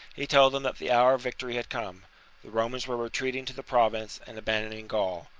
he told them that the hour of victory had come the romans were retreating to the province and abandoning gaul.